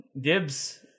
Dibs